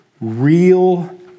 real